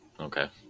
Okay